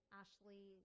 ashley